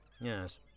Yes